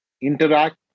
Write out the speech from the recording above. interact